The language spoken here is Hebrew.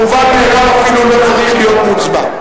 המובן מאליו אפילו לא צריך להיות מוצבע.